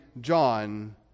John